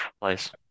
place